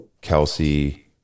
Kelsey